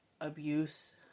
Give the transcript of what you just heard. abuse